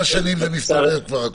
מסתובב כבר?